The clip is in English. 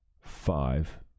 five